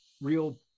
real